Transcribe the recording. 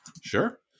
Sure